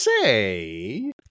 say